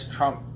Trump